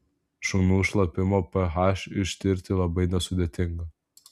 šunų šlapimo ph ištirti labai nesudėtinga